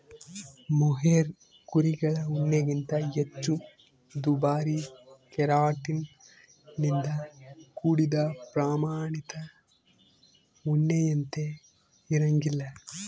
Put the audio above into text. mohair ಕುರಿಗಳ ಉಣ್ಣೆಗಿಂತ ಹೆಚ್ಚು ದುಬಾರಿ ಕೆರಾಟಿನ್ ನಿಂದ ಕೂಡಿದ ಪ್ರಾಮಾಣಿತ ಉಣ್ಣೆಯಂತೆ ಇರಂಗಿಲ್ಲ